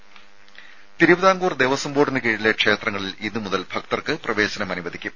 രും തിരുവിതാംകൂർ ദേവസ്വം ബോർഡിന് കീഴിലെ ക്ഷേത്രങ്ങളിൽ ഇന്നുമുതൽ ഭക്തർക്ക് പ്രവേശനം അനുവദിക്കും